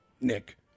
Nick